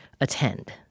attend